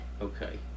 Okay